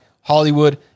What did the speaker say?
Hollywood